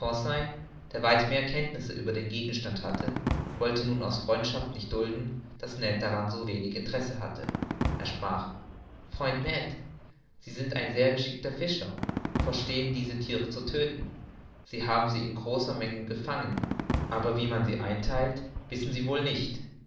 der weit mehr kenntnisse über den gegenstand hatte wollte nun aus freundschaft nicht dulden daß ned darin so wenig kenntnisse hatte er sprach freund ned sie sind ein sehr geschickter fischer verstehen diese thiere zu tödten sie haben sie in großer menge gefangen aber wie man sie eintheilt wissen sie wohl nicht